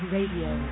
Radio